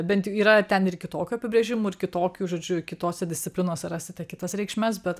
bent jau yra ten ir kitokių apibrėžimų ir kitokių žodžiu kitose disciplinose rasite kitas reikšmes bet